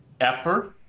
effort